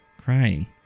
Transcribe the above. crying